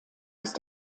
ist